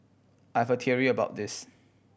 I've a theory about this